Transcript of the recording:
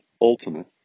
ultimate